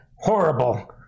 horrible